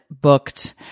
booked